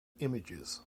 images